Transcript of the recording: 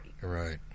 Right